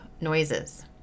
noises